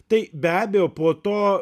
tai be abejo po to